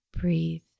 breathe